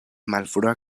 malfrua